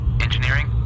Engineering